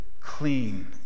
clean